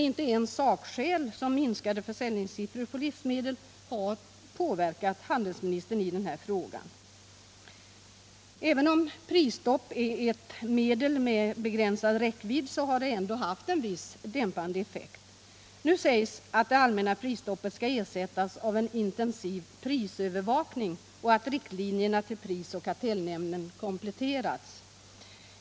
Inte ens sakskäl som minskade försäljningssiffror för livsmedel har påverkat handelsministern i den här frågan. Även om prisstopp är ett medel med begränsad räckvidd, så har det ändå haft en viss dämpande effekt. Nu sägs att det allmänna prisstoppet skall ersättas av en intensiv prisövervakning och att riktlinjerna till prisoch kartellnämnden kompletterats.